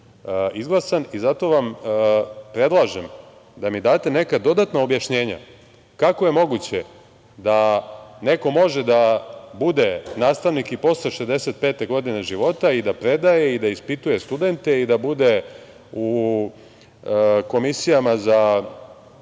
izglasan i zato vam predlažem da mi date neka dodatna objašnjenja - kako je moguće da neko može da bude nastavnik i posle 65 godine života i da predaje i da ispituje studente i da bude u komisijama za